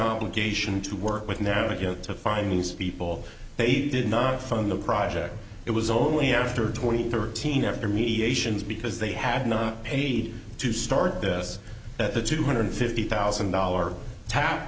obligation to work with now to get to find these people they did not from the project it was only after twenty thirteen after me asians because they had not paid to start this at the two hundred fifty thousand dollars t